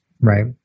right